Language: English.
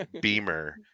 beamer